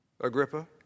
Agrippa